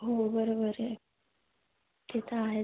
हो बरोबर आहे ते तर आहेच